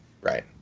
Right